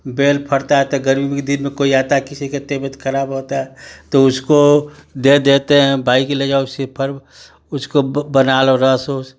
बैल फटता है तो गर्मी उमी के दिन में कोई आता है किसी के तबीयत खराब होता है तो उसको दे देते है भाई कि ले जाओ उसको बना लो रस उस